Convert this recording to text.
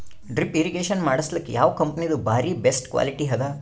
Drip irrigation ಮಾಡಸಲಕ್ಕ ಯಾವ ಕಂಪನಿದು ಬಾರಿ ಬೆಸ್ಟ್ ಕ್ವಾಲಿಟಿ ಅದ?